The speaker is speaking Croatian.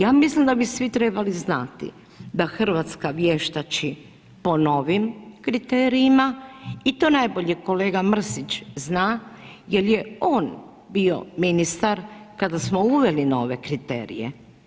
Ja mislim da bi svi trebali znati da Hrvatska vještači po novim kriterijima i to najbolje kolega Mrsić zna jer je on bio ministar kada smo uveli nove kriterije.